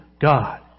God